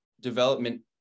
development